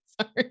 Sorry